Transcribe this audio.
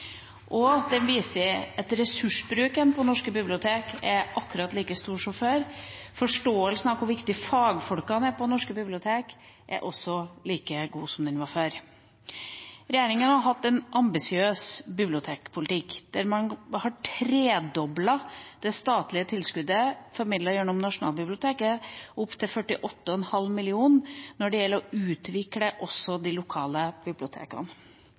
Ressursbruken til norske biblioteker er akkurat like stor som før, og forståelsen av hvor viktig fagfolkene er på norske bibliotek, er også like god som den var før. Regjeringa har hatt en ambisiøs bibliotekpolitikk der man har tredoblet det statlige tilskuddet når det gjelder å utvikle også de lokale bibliotekene,